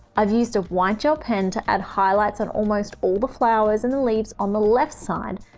i've used a white gel pen to add highlights on almost all the flowers and the leaves on the left side,